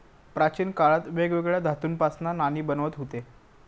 प्राचीन काळात वेगवेगळ्या धातूंपासना नाणी बनवत हुते